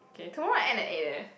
okay tomorrow I end at eight eh